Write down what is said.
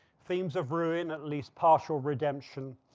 themes of ruin at least partial redemption,